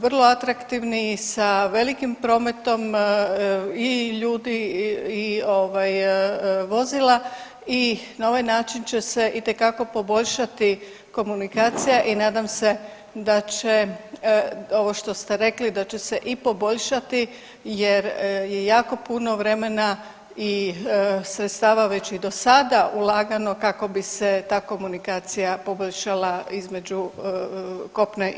vrlo atraktivni i sa velikim prometom i ljudi i ovaj vozila i na ovaj način će se itekako poboljšati komunikacija i nadam se da će ovo što ste rekli da će se i poboljšati jer je jako puno vremena i sredstava već i do sada ulagano kako bi se ta komunikacija poboljšala između kopna i.